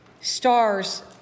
stars